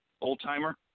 old-timer